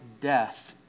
death